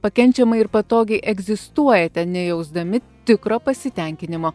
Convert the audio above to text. pakenčiamai ir patogiai egzistuojate nejausdami tikro pasitenkinimo